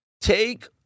take